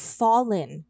fallen